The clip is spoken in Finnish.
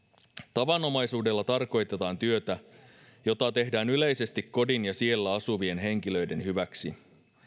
tavanomaisuudella tarkoitetaan työtä jota tehdään yleisesti kodin ja siellä asuvien henkilöiden hyväksi